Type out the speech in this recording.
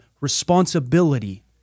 responsibility